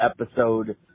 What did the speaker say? episode